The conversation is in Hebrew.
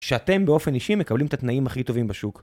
שאתם באופן אישי מקבלים את התנאים הכי טובים בשוק